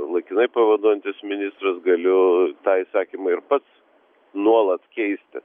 laikinai pavaduojantis ministras galiu tą įsakymą ir pats nuolat keisti